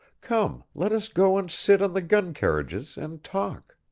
come, let us go and sit on the gun-carriages and talk.